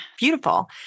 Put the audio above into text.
beautiful